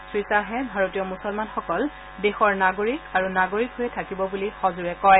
শ্ৰীশ্বাহে ভাৰতীয় মুছলমানসকল দেশৰ নাগৰিক আৰু নাগৰিক হৈয়েই থাকিব বুলি সজোৰে কয়